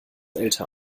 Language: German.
älter